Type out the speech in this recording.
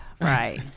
Right